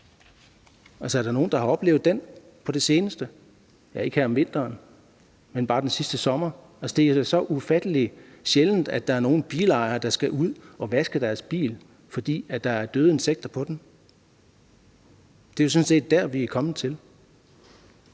mere. Er der nogen, der har haft den oplevelse på det seneste, altså ikke her om vinteren, men bare i den sidste sommer? Det er så ufattelig sjældent, at der er nogen bilejere, der skal ud og vaske deres bil, fordi der er døde insekter på den. Det er sådan set der, vi er kommet til.